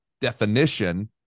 definition